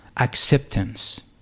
acceptance